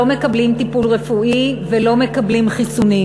מקבלים טיפול רפואי ולא מקבלים חיסונים.